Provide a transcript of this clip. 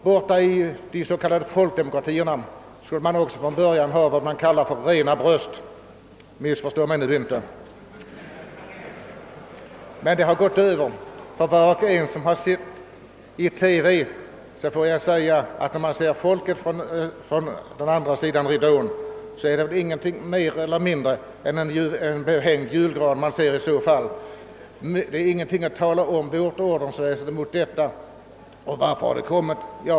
Borta i de s.k. folkdemokratierna skulle man också från början ha vad man kallade för »rena bröst». — Missförstå mig nu inte! Detta har emellertid gått över. Var och en som har sett bilder i TV av representanter för folken från andra sidan »ridån» kan väl hålla med om att det är varken mer eller mindre än en välbehängd julgran man ser. Vårt ordensväsende är ingenting alls att tala om i jämförelse med detta. Och varför har det kommit?